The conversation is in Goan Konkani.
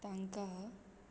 तांकां